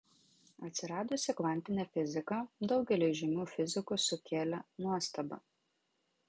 atsiradusi kvantinė fizika daugeliui žymių fizikų sukėlė nuostabą